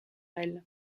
elle